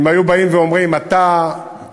אם היו באים ואומרים לו: אתה רימית,